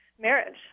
marriage